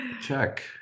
check